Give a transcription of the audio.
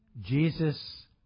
Jesus